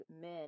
men